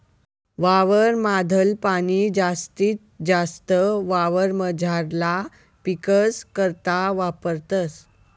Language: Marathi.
वावर माधल पाणी जास्तीत जास्त वावरमझारला पीकस करता वापरतस